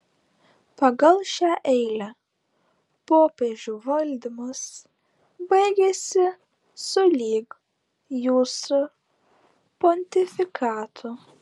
pagal šią eilę popiežių valdymas baigiasi sulig jūsų pontifikatu